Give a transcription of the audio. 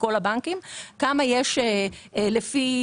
כמה יש לפי